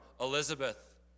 Elizabeth